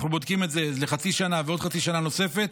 אנחנו בודקים את זה לחצי שנה ועוד חצי שנה נוספת.